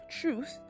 truth